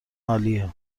عالیه